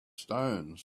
stones